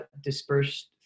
dispersed